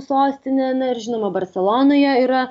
sostinė na ir žinoma barselonoje yra